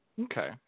Okay